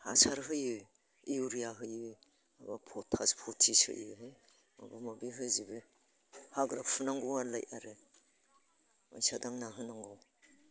हासार होयो इउरिया होयो बबा पटास फटिस होयो माबा माबि होजोबो हाग्रा फुनांगौआनोलाय आरो मायसा दांना होनांगौ